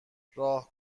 راه